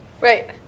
Right